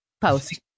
Post